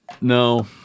No